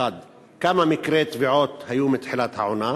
1. כמה מקרי טביעה היו מתחילת העונה?